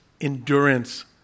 endurance